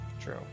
True